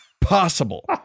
possible